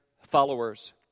followers